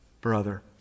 brother